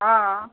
हँ